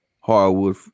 hardwood